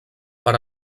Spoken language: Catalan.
per